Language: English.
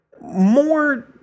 more